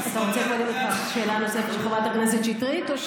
אתה רוצה קודם את השאלה הנוספת של חברת הכנסת שטרית או,